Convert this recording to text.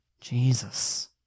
Jesus